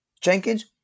Jenkins